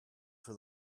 for